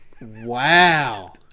Wow